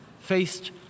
faced